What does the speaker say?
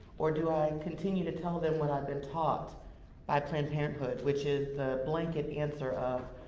or do i and continue to tell them what i've been taught by planned parenthood? which is the blanket answer of,